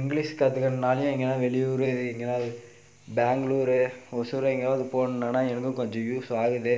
English கற்றுக்கிறதுனாலையும் எங்கேனாது வெளியூர் எங்கேனாது பேங்ளூரு ஒசூர் எங்கேயாவது போனோம்னால் எனக்கும் கொஞ்சம் யூஸ் ஆகுது